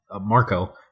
Marco